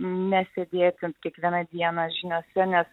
nesėdėti kiekvieną dieną žiniose nes